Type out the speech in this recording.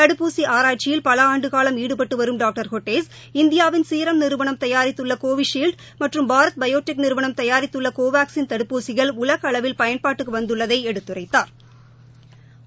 தடுப்பூசிஆராய்ச்சில் பலஆண்டுகாவம் ஈடுபட்டுவரும் டாக்டர் ஹோட்டேஸ் இந்தியாவின் ஷீரம் நிறுவனம் தபாரித்துள்ளகோவிஷீல்டுமற்றும் பாரத் பயோடெக் நிறுவனம் தபாரித்துள்ளகோவாக்ஸின் தடுப்பூசிகள் உலகஅளவில் பயன்பாட்டுக்குவந்துள்ளதைஎடுத்துரைத்தாா்